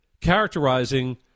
characterizing